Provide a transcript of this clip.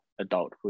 adulthood